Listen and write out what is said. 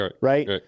Right